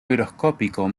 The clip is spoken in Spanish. higroscópico